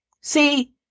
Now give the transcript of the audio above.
See